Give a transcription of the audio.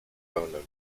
pełne